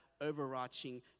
overarching